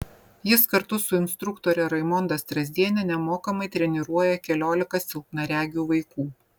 jis kartu su instruktore raimonda strazdiene nemokamai treniruoja keliolika silpnaregių vaikų